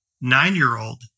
nine-year-old